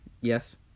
Yes